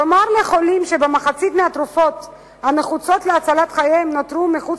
מה תאמר לחולים שמחצית מהתרופות הנחוצות להצלת חייהם נותרו מחוץ